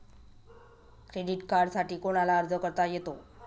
Credit कार्डसाठी कोणाला अर्ज करता येतो?